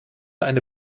eine